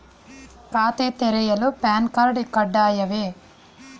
ಖಾತೆ ತೆರೆಯಲು PAN card ಕಡ್ಡಾಯವೇ?